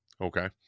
Okay